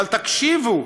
אבל תקשיבו,